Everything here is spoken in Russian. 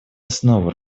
основу